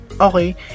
Okay